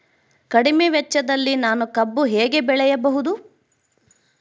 ಕಡಿಮೆ ವೆಚ್ಚದಲ್ಲಿ ನಾನು ಕಬ್ಬು ಹೇಗೆ ಬೆಳೆಯಬಹುದು?